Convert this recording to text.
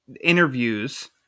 interviews